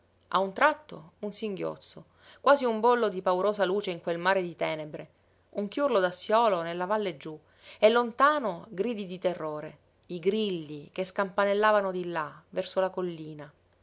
a un tratto un singhiozzo quasi un bollo di paurosa luce in quel mare di tenebre un chiurlo d'assiolo nella valle giú e lontano gridi di terrore i grilli che scampanellavano di là verso la collina